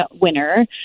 winner